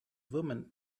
woman